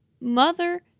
mother